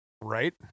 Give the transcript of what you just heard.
Right